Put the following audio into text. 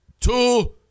two